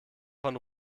von